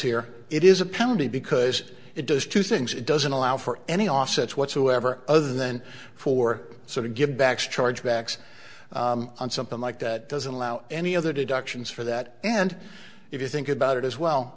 here it is a penalty because it does two things it doesn't allow for any offsets whatsoever other than for sort of give backs charge backs on something like that doesn't allow any other deductions for that and if you think about it as well